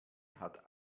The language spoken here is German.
hat